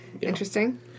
Interesting